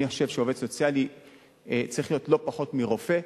אני חושב שעובד סוציאלי צריך להיות לא פחות מרופא,